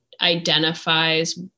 identifies